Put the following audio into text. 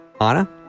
anna